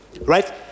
right